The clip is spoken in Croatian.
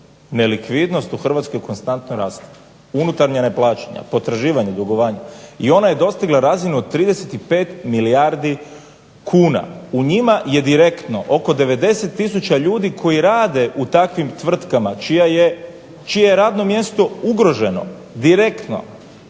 nelikvidnost u Hrvatskoj konstantno raste unutarnja neplaćanja, potraživanja, dugovanja i ona je dostigla razinu od 35 milijardi kuna. U njima je direktno oko 90000 ljudi koji rade u takvim tvrtkama čije je radno mjesto ugroženo direktno.